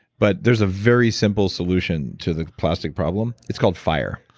but there's a very simple solution to the plastic problem. it's called fire.